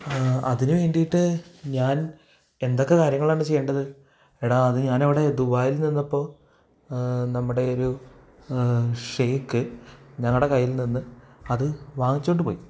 അതിന് വേണ്ടിയിട്ട് ഞാന് എന്തൊക്കെ കാര്യങ്ങളാണ് ചെയ്യേണ്ടത് എടാ അത് ഞാനവിടെ ദുബായില് നിന്നപ്പോള് നമ്മുടെ ഒരു ഷേയ്ക്ക് ഞങ്ങളുടെ കയ്യില് നിന്ന് അത് വാങ്ങിച്ചോണ്ട് പോയി